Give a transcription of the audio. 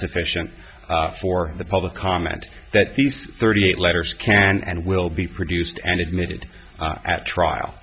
sufficient for the public comment that these thirty eight letters can and will be produced and admitted at trial